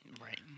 right